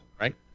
right